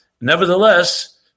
Nevertheless